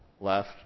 left